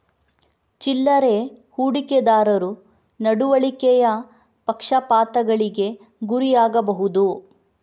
ಚಿಲ್ಲರೆ ಹೂಡಿಕೆದಾರರು ನಡವಳಿಕೆಯ ಪಕ್ಷಪಾತಗಳಿಗೆ ಗುರಿಯಾಗಬಹುದು